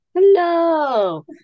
Hello